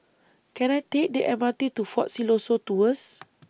Can I Take The M R T to Fort Siloso Tours